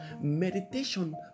meditation